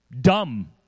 dumb